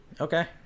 Okay